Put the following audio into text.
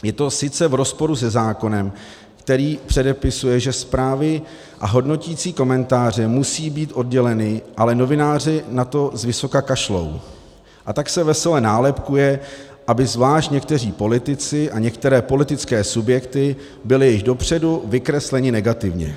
Je to sice v rozporu se zákonem, který předepisuje, že zprávy a hodnoticí komentáře musí být odděleny, ale novináři na to zvysoka kašlou, a tak se vesele nálepkuje, aby zvlášť někteří politici a některé politické subjekty byly již dopředu vykresleny negativně.